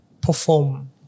perform